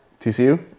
TCU